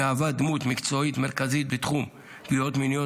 מהווה דמות מקצועית מרכזית בתחום פגיעות מיניות